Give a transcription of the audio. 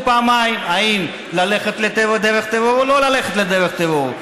פעמיים אם ללכת לדרך הטרור או לא ללכת לדרך הטרור.